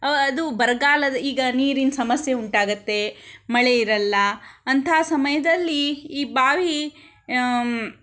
ಅದು ಬರಗಾಲದ ಈಗ ನೀರಿನ ಸಮಸ್ಯೆ ಉಂಟಾಗತ್ತೆ ಮಳೆ ಇರಲ್ಲ ಅಂತಹ ಸಮಯದಲ್ಲಿ ಈ ಬಾವಿ